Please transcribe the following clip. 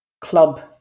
Club